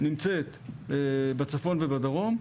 נמצאת בצפון ובדרום,